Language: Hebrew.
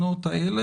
ביטחוניות וכדומה,